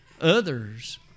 Others